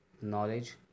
knowledge